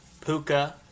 Puka